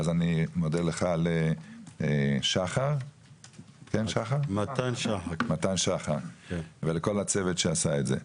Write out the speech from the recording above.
אז אני מודה לך, מתן שחר ולכל הצוות שעשה את זה.